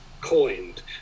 coined